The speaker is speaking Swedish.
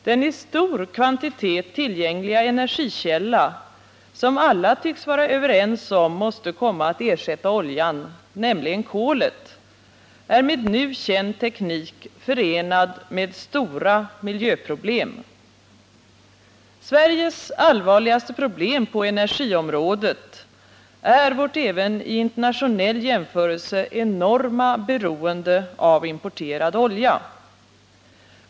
Den i stor kvantitet tillgängliga energikälla som alla tycks vara överens om måste komma att ersätta oljan, nämligen kolet, är med nu känd teknik förenad med stora miljöproblem. Sveriges allvarligaste problem på energiområdet är vårt även vid internationell jämförelse enorma beroende av importerad olja.